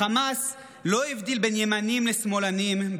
החמאס לא הבדיל בין ימנים לשמאלנים,